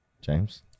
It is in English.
James